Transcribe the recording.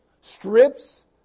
strips